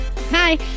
Hi